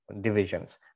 divisions